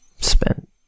spent